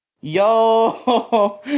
Yo